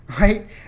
right